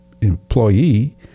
employee